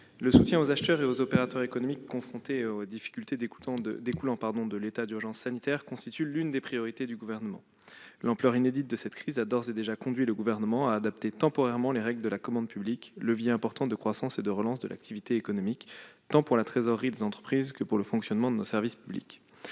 le soutien aux acheteurs et aux opérateurs économiques confrontés aux difficultés découlant de l'état d'urgence sanitaire est l'une des priorités du Gouvernement. L'ampleur inédite de cette crise nous a d'ores et déjà conduits à adapter temporairement les règles de la commande publique, levier important de croissance et de relance de l'activité économique, tant pour la trésorerie des entreprises que pour le fonctionnement de nos services publics.